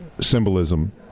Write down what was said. symbolism